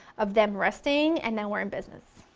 of them resting and then we are in business.